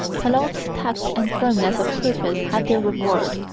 talon's tact and firmness of purpose had their reward,